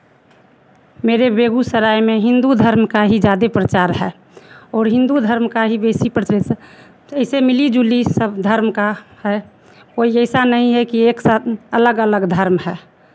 मेरे बेगूसराय में हिन्दू धर्म का ही ज़्यादे प्रचार है और हिन्दू धर्म का ही बेसी प्रचलित तो ऐसे मिली जुली सब धर्म का है कोई ऐसा नहीं है कि एक साथ अलग अलग धर्म है